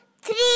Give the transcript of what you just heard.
three